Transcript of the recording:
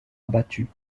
abattu